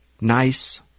Nice